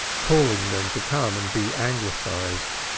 calling them to come and be anglicized.